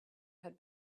had